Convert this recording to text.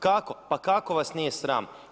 Kako, pa kako vas nije sram?